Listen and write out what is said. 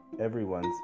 everyone's